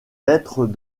lettres